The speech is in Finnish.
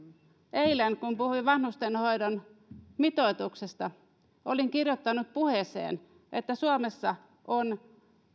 eilen kun puhuin vanhustenhoidon mitoituksesta olin kirjoittanut puheeseen että suomessa on